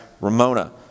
Ramona